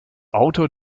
autor